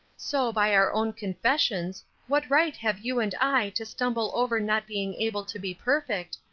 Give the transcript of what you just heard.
so by our own confessions what right have you and i to stumble over not being able to be perfect,